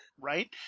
Right